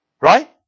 Right